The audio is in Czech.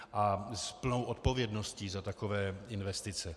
A s plnou odpovědností za takové investice.